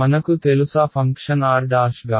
మనకు తెలుసా ఫంక్షన్ r'గా